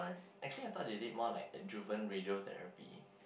actually I thought they did more like radiotherapy